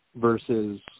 versus